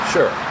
Sure